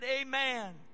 Amen